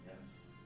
Yes